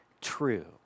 true